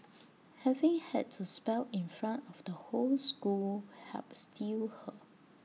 having had to spell in front of the whole school helped steel her